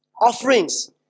offerings